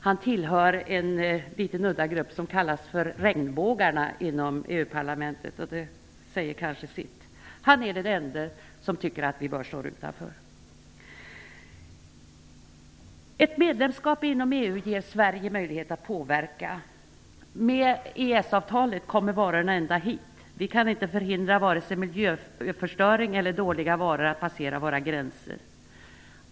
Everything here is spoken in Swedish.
Han tillhör en liten udda grupp inom EU-parlamentet som kallas för Regnbågarna. Det säger kanske sitt. Han är den ende som tycker att vi bör stå utanför. Ett medlemskap i EU ger Sverige möjlighet att påverka. Med EES-avtalet kommer varorna ända hit. Vi kan inte förhindra vare sig miljöförstöring eller dåliga varor att passera våra gränser.